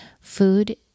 Food